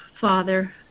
Father